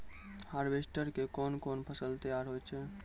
Harvester के कोन कोन फसल तैयार होय छै?